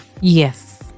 yes